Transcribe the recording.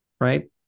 right